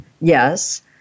Yes